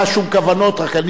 אני אחד מהעם,